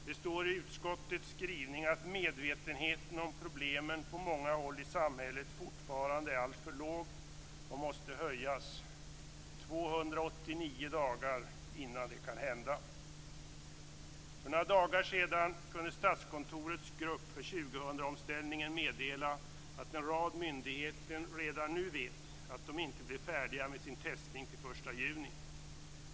Det står i utskottets skrivning att medvetenheten om problemen på många håll i samhället fortfarande är alltför låg och måste höjas - 289 dagar före årsskiftet. För några dagar sedan kunde Statskontorets grupp för 2000-omställningen meddela att en rad myndigheter redan nu vet att de inte blir färdiga med sina tester till den 1 juni.